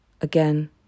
Again